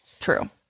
true